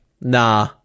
nah